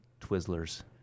Twizzlers